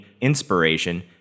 inspiration